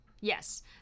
Yes